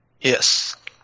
Yes